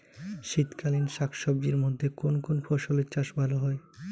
শীতকালীন শাকসবজির মধ্যে কোন কোন ফসলের চাষ ভালো হয়?